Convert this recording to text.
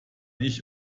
ich